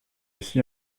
ici